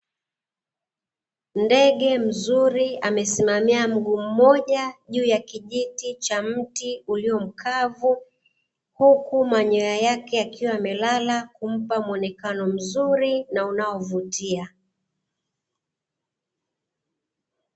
Ndege mzuri amesimamia mguu mmoja juu ya kijiti cha mti ulio mkavu, huku manyoya yake yakiwa yamelala, kumpa mwonekano mzuri na unaovutia.